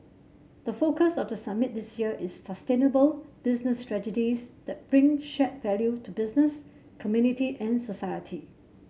the focus of the summit this year is sustainable business strategies that bring shared value to business community and society